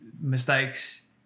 mistakes